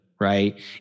right